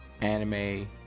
anime